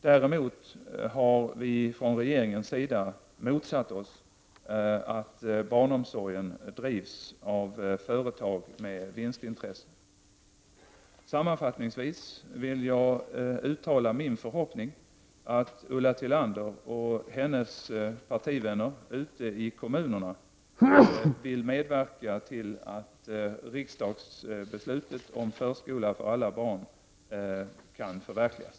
Däremot har vi från regeringens sida motsatt oss att barnomsorgen drivs av företag med vinstintresse. Sammanfattningsvis vill jag uttala min förhoppning att Ulla Tillander och hennes partivänner ute i kommunerna vill medverka till att riksdagsbeslutet om förskola för alla barn förverkligas.